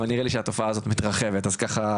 אבל נראה לי שהתופעה הזאת מתרחבת אז כהה,